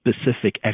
specific